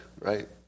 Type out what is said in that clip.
right